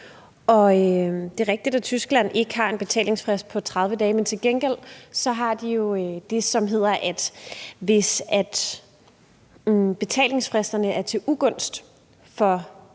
det er rigtigt, at man i Tyskland ikke har en betalingsfrist på 30 dage, men til gengæld har de jo det, som hedder, at hvis betalingsfristerne er til ugunst for